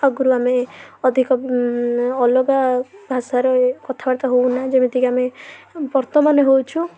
ଆଗରୁ ଆମେ ଅଧିକ ଅଲଗା ଭାଷାରେ କଥାବାର୍ତ୍ତା ହେଉନା ଯେମିତିକି ଆମେ ବର୍ତ୍ତମାନ ହେଉଛୁ